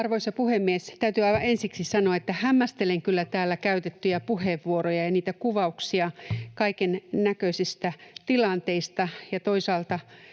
Arvoisa puhemies! Täytyy aivan ensiksi sanoa, että hämmästelen kyllä täällä käytettyjä puheenvuoroja ja niitä kuvauksia kaiken näköisistä tilanteista ja toisaalta